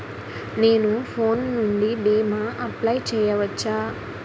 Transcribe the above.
నేను ఫోన్ నుండి భీమా అప్లయ్ చేయవచ్చా?